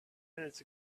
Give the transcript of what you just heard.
minutes